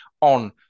on